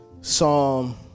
Psalm